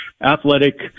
athletic